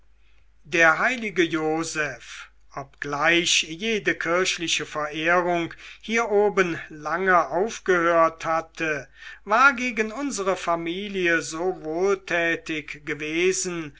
der heilige joseph obgleich jede kirchliche verehrung hier oben lange aufgehört hatte war gegen unsere familie so wohltätig gewesen